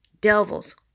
devils